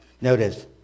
Notice